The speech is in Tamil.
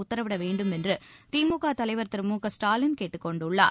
உத்தரவிட வேண்டும் என்று திமுக தலைவர் திரு மு க ஸ்டாலின் கேட்டுக் கொண்டுள்ளார்